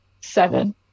seven